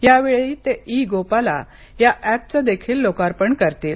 यावेळी ते इ गोपाला या ऍपचं देखील लोकार्पण करतील